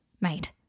Mate